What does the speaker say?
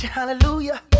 Hallelujah